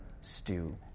stew